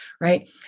right